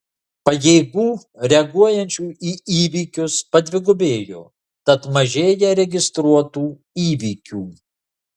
pajėgų reaguojančių į įvykius padvigubėjo tad mažėja registruotų įvykių